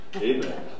Amen